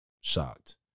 shocked